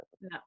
No